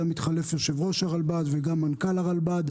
התחלף יושב-ראש הרלב"ד וגם מנכ"ל הרלב"ד,